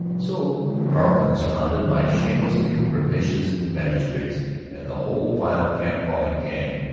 so carleton, surrounded by shamelessly rapacious magistrates and the whole vile camp-following gang,